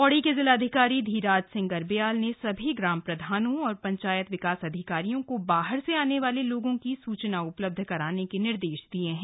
पौड़ी के जिलाधिकारी धीराज सिंह गर्ब्याल ने सभी ग्राम प्रधानों और पंचायत विकास अधिकारियों को बाहर से आने वाले लोगों की सुचना उपलब्ध कराने के निर्देश दिए हैं